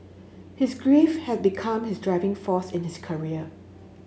his grief had become his driving force in his career